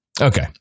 Okay